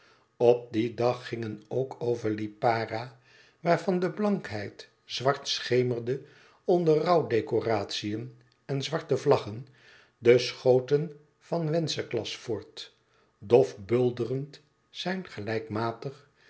op dien dag gingen ook over lipara waarvan de blankheid zwart schemerde onder rouw decoratiën en zwarte vlaggen de schoten van wenceslas fort dof bulderend zijn gelijkmatig